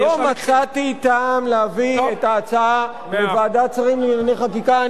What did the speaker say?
לא מצאתי טעם להביא את ההצעה לוועדת שרים לענייני חקיקה.